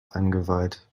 eingeweiht